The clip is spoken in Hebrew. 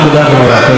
תפרוש בשיא,